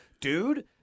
dude